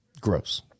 Gross